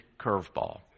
curveball